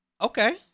Okay